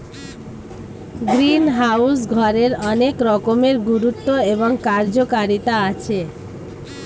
greenhouse ঘরের অনেক রকমের গুরুত্ব এবং কার্যকারিতা আছে